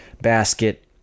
basket